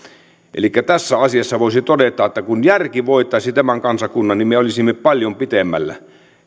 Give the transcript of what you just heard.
tässä asiassa voisi todeta että kun järki voittaisi tämän kansakunnan niin me olisimme paljon pitemmällä